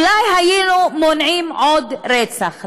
אולי היינו מונעים עוד רצח.